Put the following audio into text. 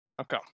Okay